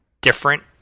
different